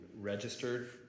registered